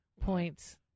points